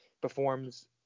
performs